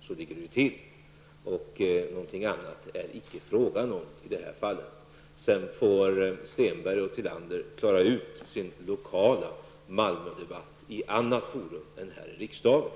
Så ligger det till. Något annat är det icke fråga om i det här fallet. Sedan får Anita Stenberg och Ulla Tillander klara ut sin lokala Malmödebatt i ett annat forum än riksdagen.